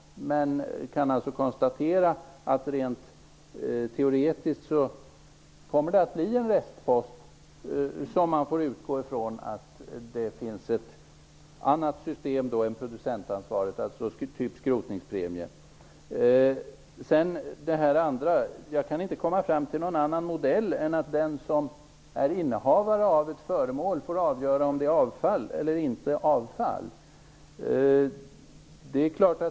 Men jag konstaterar att det rent teoretiskt kommer att bli en restpost som man får ha ett annat system för än producentansvaret, typ skrotningspremie. Jag kan inte komma fram till någon annan modell än att den som är innehavare av ett föremål är den som får avgöra om det skall räknas som avfall eller inte.